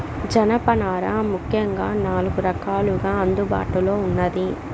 జనపనార ముఖ్యంగా నాలుగు రకాలుగా అందుబాటులో ఉన్నాది